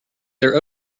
their